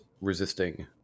resisting